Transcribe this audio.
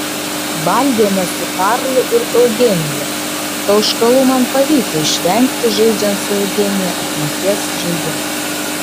valgėme su karlu ir eugenija tauškalų man pavyko išvengti žaidžiant su eugenija atminties žaidimą